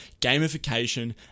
gamification